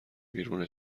بیرون